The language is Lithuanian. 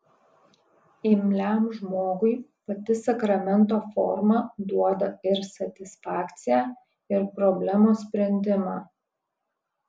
imliam žmogui pati sakramento forma duoda ir satisfakciją ir problemos sprendimą